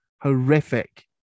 horrific